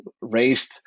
raised